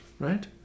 right